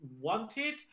wanted